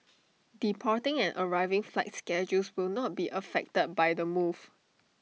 departing and arriving flight schedules will not be affected by the move